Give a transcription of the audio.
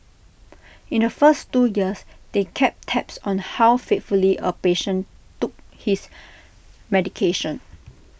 in the first two years they kept tabs on how faithfully A patient took his medication